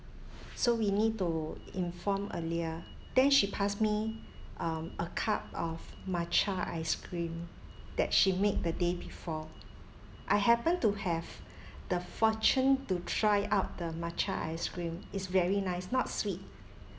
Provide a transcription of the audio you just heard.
so we need to inform earlier then she passed me um a cup of matcha ice cream that she made the day before I happen to have the fortune to try out the matcha ice cream it's very nice not sweet